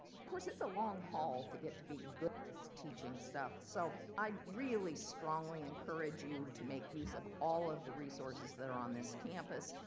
of course it's a long haul to get to be good at this teaching stuff, so i'd really strongly encourage you to make use of all of the resources that are on this campus,